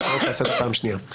אני קורא אותך לסדר פעם שנייה.